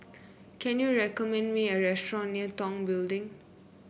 can you recommend me a restaurant near Tong Building